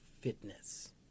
fitness